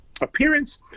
appearance